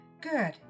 Good